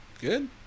Good